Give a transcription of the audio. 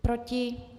Proti?